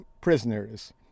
prisoners